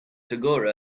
tagore